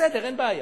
בסדר, אין בעיה.